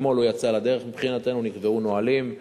אתמול הוא יצא לדרך מבחינתנו, נקבעו נהלים,